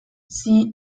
zuiako